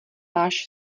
váš